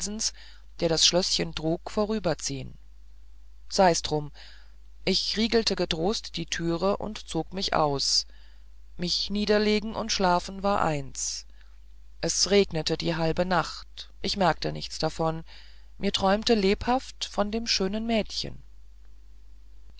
der das schlößchen trug vorüberziehn sei's drum ich riegelte getrost die türe und zog mich aus mich niederlegen und schlafen war eins es regnete die halbe nacht ich merkte nichts davon mir träumte lebhaft von dem schönen mädchen